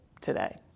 today